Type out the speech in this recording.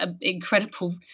incredible